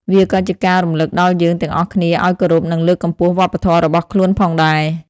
វាក៏ជាការរំលឹកដល់យើងទាំងអស់គ្នាឲ្យគោរពនិងលើកកម្ពស់វប្បធម៌របស់ខ្លួនផងដែរ។